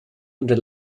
unter